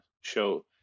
show